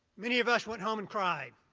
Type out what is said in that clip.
many of us went home and cried.